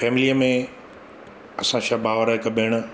फैमिलीअ में असां छह भाउर हिकु भेण